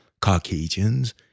Caucasians